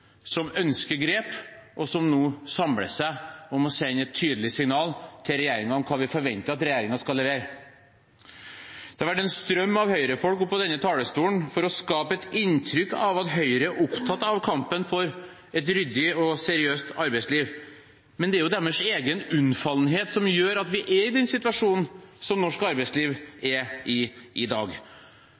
som ønsker grep, og som nå samler seg om å sende et tydelig signal til regjeringen om hva vi forventer at regjeringen skal levere. Det har vært en strøm av Høyre-folk oppe på denne talerstolen for å skape et inntrykk av at Høyre er opptatt av kampen for et ryddig og seriøst arbeidsliv. Men det er jo deres egen unnfallenhet som gjør at vi er i den situasjonen som norsk arbeidsliv er i i dag.